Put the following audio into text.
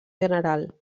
general